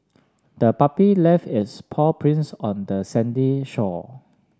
the puppy left its paw prints on the sandy shore